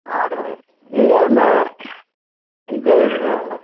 ஆடு இது அந்த இது அந்த